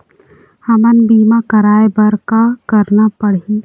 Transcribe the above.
हमन बीमा कराये बर का करना पड़ही?